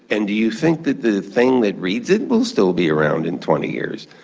and do you think that the thing that reads it will still be around in twenty years?